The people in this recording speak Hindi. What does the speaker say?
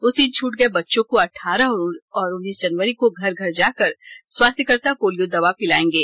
उस दिन छूट गए बच्चों को अठारह और उन्नीस जनवरी को घर घर जाकर स्वास्थ्यकर्ता पोलियो दवा पिलाएंगें